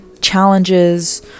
challenges